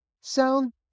sound